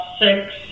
six